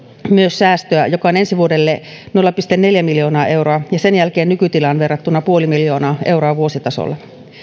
säästöä joka on ensi vuodelle nolla pilkku neljä miljoonaa euroa ja sen jälkeen nykytilaan verrattuna puoli miljoonaa euroa vuositasolla